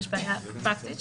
יש בעיה פרקטית,